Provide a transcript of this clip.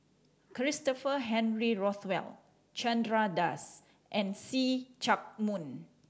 Christopher Henry Rothwell Chandra Das and See Chak Mun